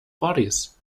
bodies